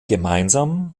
gemeinsam